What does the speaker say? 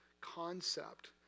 concept